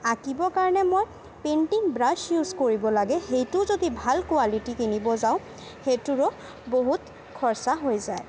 আঁকিবৰ কাৰণে মই পেইণ্টিং ব্ৰাছ ইউজ কৰিব লাগে সেইটো যদি ভাল কোৱালিটি কিনিব যাওঁ সেইটোৰো বহুত খৰচা হৈ যায়